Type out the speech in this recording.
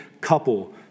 couple